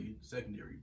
Secondary